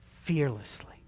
fearlessly